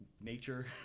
nature